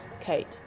Kate